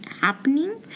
happening